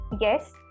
yes